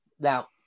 Now